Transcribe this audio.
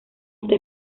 esta